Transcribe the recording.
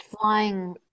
flying